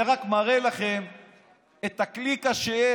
זה רק מראה לכם את הקליקה שיש.